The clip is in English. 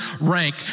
rank